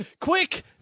quick